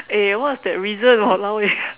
eh what's that reason !walao! eh